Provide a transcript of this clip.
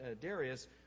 Darius